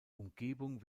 umgebung